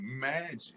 magic